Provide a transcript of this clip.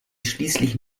schließlich